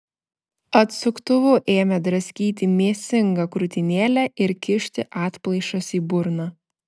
atsuktuvu ėmė draskyti mėsingą krūtinėlę ir kišti atplaišas į burną